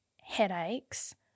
headaches